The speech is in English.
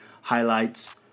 highlights